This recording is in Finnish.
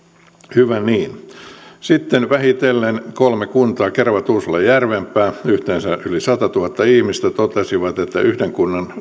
hyvä niin sitten vähitellen kolme kuntaa kerava tuusula ja järvenpää yhteensä yli satatuhatta ihmistä totesi että yhden kunnan tehtävänä on